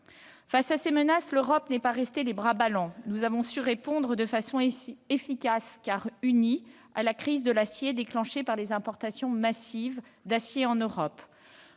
Face à ces menaces, l'Europe n'est pas restée les bras ballants. Nous avons su répondre de façon efficace, car unie, à la crise de l'acier, déclenchée par les importations massives d'acier en Europe.